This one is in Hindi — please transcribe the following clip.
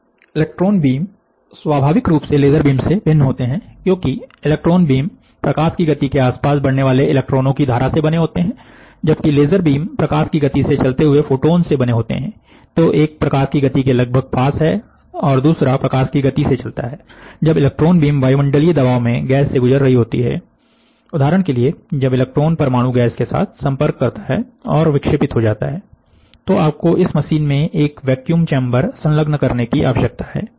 इलेक्ट्रॉन बीम स्वाभाविक रूप से लेजर बीम से भिन्न होते हैं क्योंकि इलेक्ट्रॉन बीम प्रकाश की गति के आसपास बढ़ने वाले इलेक्ट्रॉनों की धारा से बने होते हैं जबकि लेजर बीम प्रकाश की गति से चलते हुए फोटोन से बने होते हैं तो एक प्रकाश की गति के लगभग पास है तो दूसरा प्रकाश की गति से चलता है जब इलेक्ट्रॉन बीम वायुमंडलीय दबाव में गैस से गुजर रही होती है उदाहरण के लिए जब इलेक्ट्रॉन परमाणु गैस के साथ संपर्क करता है और विक्षेपित हो जाता है तो आपको इस मशीन में एक वैक्यूम चेंबर संलग्न करने की आवश्यकता है